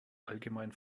allgemein